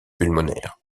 pulmonaire